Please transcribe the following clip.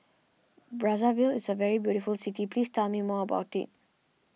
Brazzaville is a very beautiful city please tell me more about it